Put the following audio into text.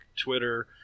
Twitter